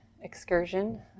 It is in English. excursion